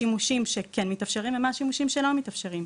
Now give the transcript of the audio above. השימושים שכן מתאפשרים ומה הם השימושים שלא מתאפשרים.